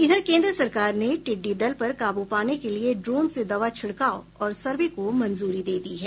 इधर केन्द्र सरकार ने टिड्डी दल पर काबू पाने के लिए ड्रोन से दवा छिड़काव और सर्वे को मंजूरी दे दी है